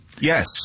Yes